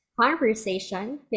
conversation